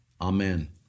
Amen